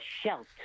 shelter